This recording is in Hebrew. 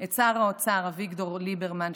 את שר האוצר אביגדור ליברמן,